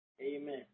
Amen